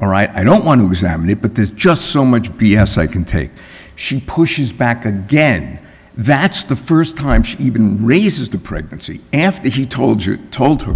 or i don't want to examine it but there's just so much b s i can take she pushes back again that's the first time she even raises the pregnancy after he told you told her